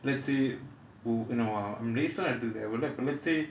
let's say நம்ம:namma lfe எல்லாம் எடுத்துக்க தேவை இல்ல:ellaam eduthuka thevai illa let's say